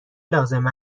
لازم